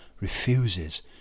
refuses